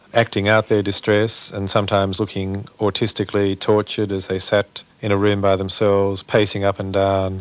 acting out their distress and sometimes looking autistically tortured as they sat in a room by themselves, pacing up and down,